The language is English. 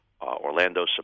Orlando